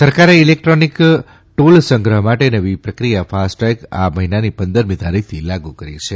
સરકારે ઇલેકટ્રોનીક ટોસ સંગ્રહ માટે નવી પ્રક્રિયા ફાસ્ટટેગ આ મહિનાની પંદરમી તારીખથી લાગુ કરી છે